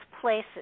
places